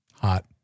Hot